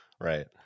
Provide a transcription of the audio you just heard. Right